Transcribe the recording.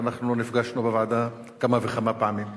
ואנחנו נפגשנו בוועדה כמה וכמה פעמים.